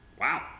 wow